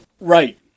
Right